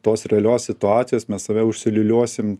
tos realios situacijos mes save užsiliuliuosim